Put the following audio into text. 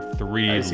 three